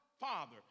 Father